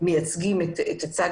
שמייצגים את הצד